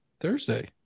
Thursday